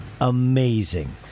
amazing